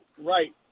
right